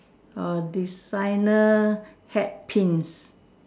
oh designer hat Pins